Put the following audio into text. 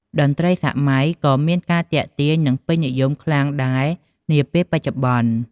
តន្រ្តីសម័យក៏មានការទាក់ទាញនិងពេញនិយមខ្លាំងដែរនាពេលបច្ចុប្បន្ន។